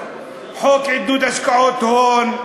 חוק עידוד השקעות הון,